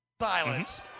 Silence